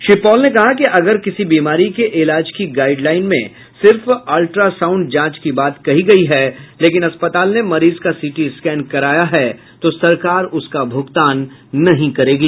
Shri Paul ने कहा कि अगर किसी बीमारी के इलाज की गाइड लाइन में सिर्फ अल्ट्रासाउण्ड जांच की बात कही गयी है लेकिन अस्पताल ने मरीज का सीटी स्कैन कराया है तो सरकार उसका भुगतान नहीं करेगी